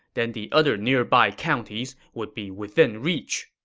then the other nearby counties would be within reach.